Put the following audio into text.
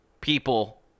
people